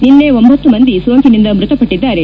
ನಿನ್ನೆ ಒಂಭತ್ತು ಮಂದಿ ಸೋಂಕಿನಿಂದ ಮೃತಪಟ್ಟಿದ್ದಾರೆ